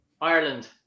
Ireland